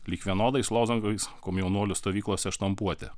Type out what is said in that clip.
lyg vienodais lozungais komjaunuolių stovyklose štampuoti